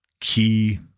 key